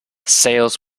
sales